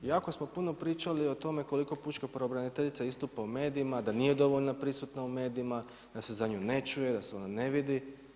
Jako smo puno pričali o tome koliko pučka pravobraniteljica istupa u medijima, da nije dovoljno prisutna u medijima, da se za nju ne čuje, da se ona ne vidi.